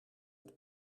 het